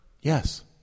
Yes